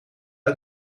uit